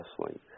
wrestling